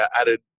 added